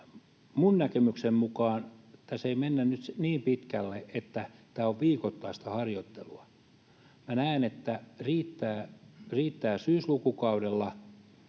Minun näkemykseni mukaan tässä ei mennä nyt niin pitkälle, että tämä olisi viikoittaista harjoittelua. Minä näen, että riittää syyslukukaudella